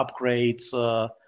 upgrades